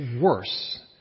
worse